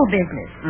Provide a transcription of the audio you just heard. business